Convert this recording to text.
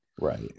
Right